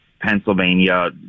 Pennsylvania